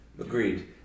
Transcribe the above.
Agreed